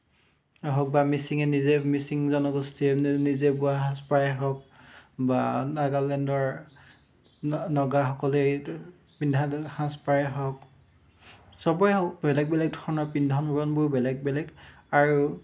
হওক বা মিচিঙে নিজে মিচিং জনগোষ্ঠীৰ নিজে বোৱা সাজ পাৰেই হওক বা নাগালেণ্ডৰ নগাসকলেই পিন্ধা সাজ পাৰেই হওক চবৰে বেলেগ বেলেগ ধৰণৰ পিন্ধন উৰনবোৰ বেলেগ বেলেগ আৰু